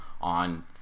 on